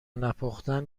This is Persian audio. نپختن